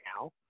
now